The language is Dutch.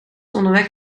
onderweg